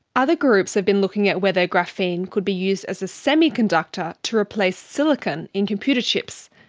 other groups have been looking at where their graphene could be used as a semiconductor to replace silicon in computer chips.